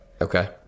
okay